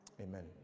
amen